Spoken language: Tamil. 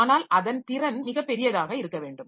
ஆனால் அதன் திறன் மிகப்பெரியதாக இருக்க வேண்டும்